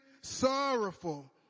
sorrowful